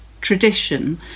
tradition